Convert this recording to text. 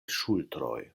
ŝultroj